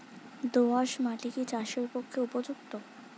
দোআঁশ মাটি কি চাষের পক্ষে উপযুক্ত?